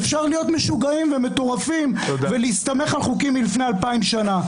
אפשר להיות משוגעים ומטורפים ולהסתמך על חוקים מלפני 2,000 שנה.